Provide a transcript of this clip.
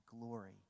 glory